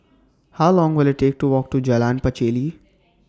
How Long Will IT Take to Walk to Jalan Pacheli